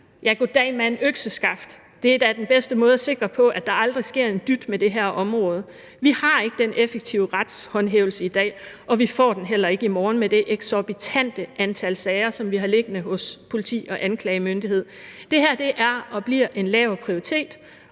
goddag mand økseskaft, det er da den bedste måde at sikre på, at der aldrig sker en dyt med det her område. Vi har ikke den effektive retshåndhævelse i dag, og vi får den heller ikke i morgen med det eksorbitante antal sager, som vi har liggende hos politi og anklagemyndighed. Det her er og bliver en lav prioritet,